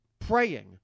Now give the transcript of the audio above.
praying